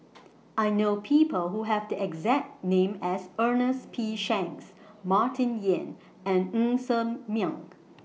I know People Who Have The exact name as Ernest P Shanks Martin Yan and Ng Ser Miang